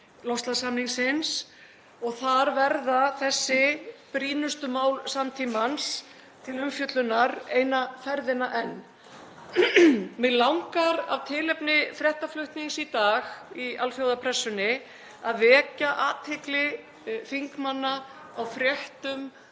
loftslagssamningsins og þar verða þessi brýnustu mál samtímans til umfjöllunar eina ferðina enn. Mig langar af tilefni fréttaflutnings í dag í alþjóðapressunni að vekja athygli þingmanna á fréttum